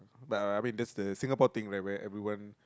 but I mean that's the Singapore thing right where everyone